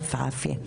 (עוברת לשפה הערבית,